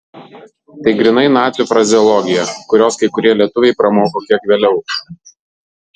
tai grynai nacių frazeologija kurios kai kurie lietuviai pramoko kiek vėliau